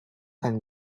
and